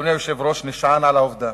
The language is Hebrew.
אדוני היושב-ראש, נשען על העובדה